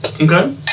Okay